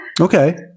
Okay